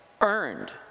earned